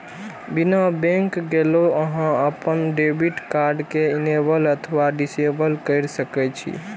बिना बैंक गेलो अहां अपन डेबिट कार्ड कें इनेबल अथवा डिसेबल कैर सकै छी